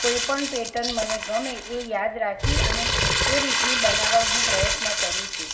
કોઈ પણ પેટન મને ગમે એ યાદ રાખી અને એ રીતની બનાવવા હું પ્રયત્ન કરું છું